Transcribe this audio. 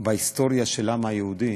בהיסטוריה של העם היהודי,